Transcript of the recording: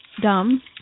dumb